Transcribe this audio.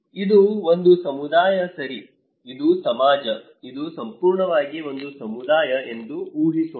ಇದು ಒಂದು ಸಮುದಾಯ ಸರಿ ಇದು ಸಮಾಜ ಇದು ಸಂಪೂರ್ಣವಾಗಿ ಒಂದು ಸಮುದಾಯ ಎಂದು ಊಹಿಸೋಣ